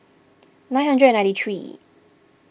nine hundred and ninety three